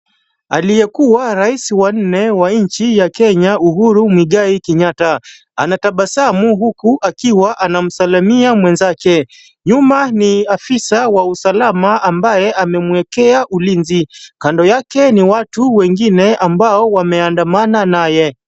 Aliyekuwa rais wa nne wa nchi ya Kenya Uhuru Muigai Kenyatta anatabasamu huku akiwa anamsalimia mwenzake. Nyuma ni afisa wa usalama ambaye amemuwekea ulinzi. Kando yake ni watu wengine ambao wameandamana naye.